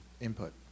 input